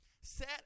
Set